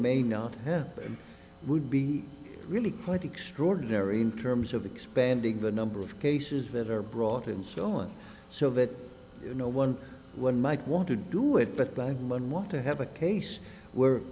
may not happen would be really quite extraordinary in terms of expanding the number of cases that are brought in so and so of it you know one one might want to do it but by one want to have a case where